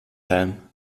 heim